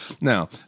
Now